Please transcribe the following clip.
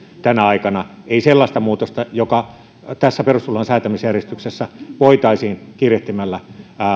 tänä aikana ei sellaista muutosta joka tässä perustuslain säätämisjärjestyksessä voitaisiin kiirehtimällä